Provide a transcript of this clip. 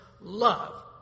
love